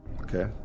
Okay